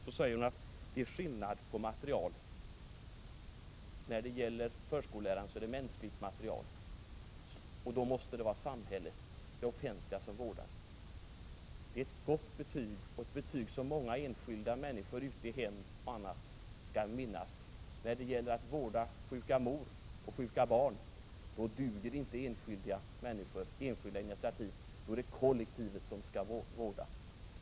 Så säger hon: Det är skillnad på material — hos förskoleläraren gäller det mänskligt material, och då måste det vara samhället, det offentliga, som vårdar. Det är minsann ett gott betyg som många enskilda människor ute i hemmen kommer att minnas, när det gäller att vårda sjuka mödrar och sjuka barn. Då duger inte ett enskilt initiativ, då är det kollektivet som skall vårda.